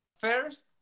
first